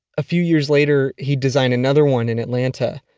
a few years later he design another one in atlanta.